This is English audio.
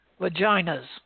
Vaginas